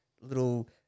little